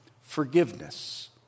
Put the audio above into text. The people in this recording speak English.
forgiveness